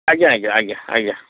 ଆଜ୍ଞା ଆଜ୍ଞା ଆଜ୍ଞା ଆଜ୍ଞା